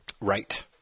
Right